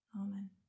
Amen